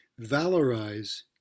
valorize